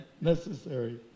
necessary